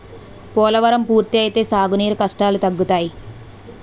పోలవరం పూర్తి అయితే సాగు నీరు కష్టాలు తగ్గుతాయి